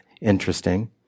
interesting